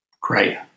Great